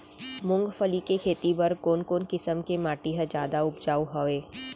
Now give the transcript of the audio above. मूंगफली के खेती बर कोन कोन किसम के माटी ह जादा उपजाऊ हवये?